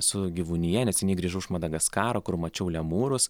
su gyvūnija neseniai grįžau iš madagaskaro kur mačiau lemūrus